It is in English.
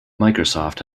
microsoft